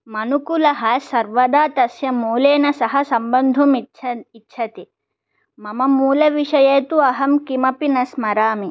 मनुकुलः सर्वदा तस्य मूलेन सह सम्बन्धुम् इच्छति मम मूलविषये तु अहं किमपि न स्मरामि